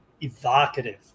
evocative